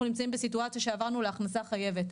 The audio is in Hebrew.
נמצאים בסיטואציה שעברנו להכנסה חייבת.